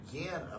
again